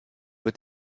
wird